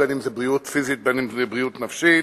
אדוני היושב-ראש, חברי חברי הכנסת,